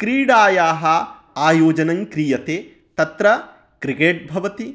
क्रीडायाः आयोजनं क्रियते तत्र क्रिकेट् भवति